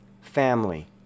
Family